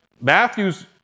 Matthew's